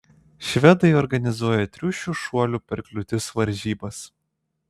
švedai organizuoja triušių šuolių per kliūtis varžybas